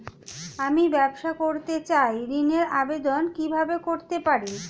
আমি ব্যবসা করতে চাই ঋণের আবেদন কিভাবে করতে পারি?